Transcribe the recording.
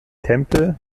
tempel